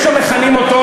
יש המכנים אותו,